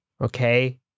okay